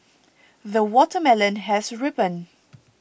the watermelon has ripened